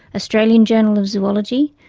australian journal of zoology,